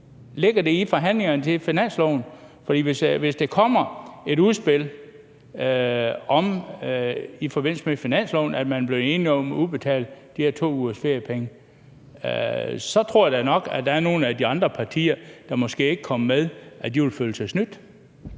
Ligger det i forhandlingerne om finansloven? For hvis der kommer et udspil i forbindelse med finansloven om, at man er blevet enige om at udbetale de her 2 ugers feriepenge, så tror jeg da nok, at der er nogle af de andre partier, der måske ikke kom med, der vil føle sig snydt.